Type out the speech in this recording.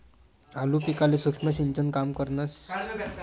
आलू पिकाले सूक्ष्म सिंचन काम करन का ठिबक सिंचन?